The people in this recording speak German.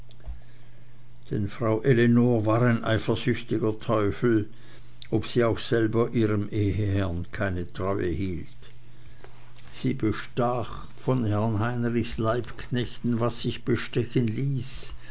denn frau ellenor war ein eifersüchtiger teufel ob sie auch selber ihrem eheherrn keine treue hielt sie bestach von herrn heinrichs leihknechten was sich bestechen ließ